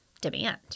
demand